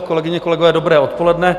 Kolegyně, kolegové, dobré odpoledne.